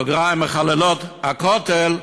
בסוגריים: מחללות, הכותל",